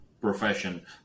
profession